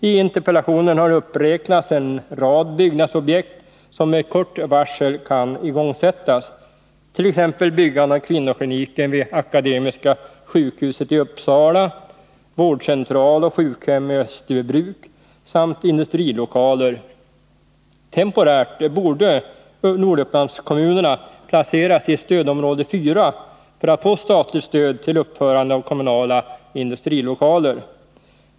I interpellationen har uppräknats en rad byggnadsprojekt som med kort varsel kan igångsättas, t.ex. byggandet av kvinnokliniken vid Akademiska sjukhuset i Uppsala, vårdcentral och sjukhem i Österbybruk samt industrilokaler. Temporärt borde Nordupplandskommunerna placeras i stödområde 4 för att få statligt stöd till uppförande av kommunala industrilokaler.